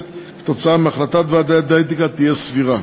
כתוצאה מהחלטת ועדת האתיקה תהיה סבירה.